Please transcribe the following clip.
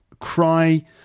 cry